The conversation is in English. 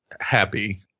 happy